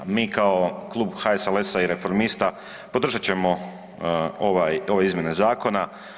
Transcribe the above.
Mi kao Klub HSLS-a i Reformista podržat ćemo ove izmjene zakona.